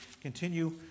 continue